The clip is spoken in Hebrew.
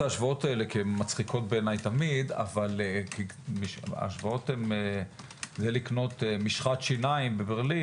ההשוואות האלה כי הן מצחיקות בעיניי אבל כדי לקנות משחת שיניים בברלין,